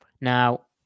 Now